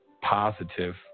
positive